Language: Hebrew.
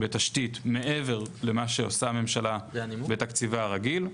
בתשתית מעבר למה שעושה הממשלה בתקציבה הרגיל,